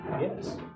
Yes